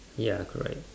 ya correct